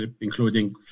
including